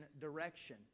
direction